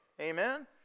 Amen